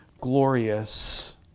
glorious